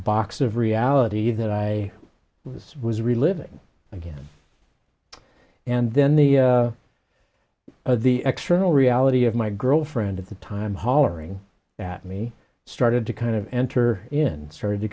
box of reality that i was was reliving again and then the the external reality of my girlfriend at the time hollering at me started to kind of enter in started to